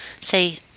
say